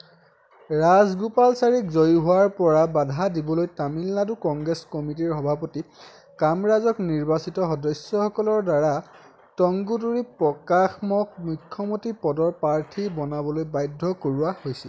ৰাজগোপালাচাৰীক জয়ী হোৱাৰ পৰা বাধা দিবলৈ তামিলনাডু কংগ্ৰেছ কমিটিৰ সভাপতি কামৰাজক নিৰ্বাচিত সদস্যসকলৰ দ্বাৰা টংগুটুৰী প্ৰকাশমক মুখ্যমন্ত্ৰী পদৰ প্ৰাৰ্থী বনাবলৈ বাধ্য কৰোৱা হৈছিল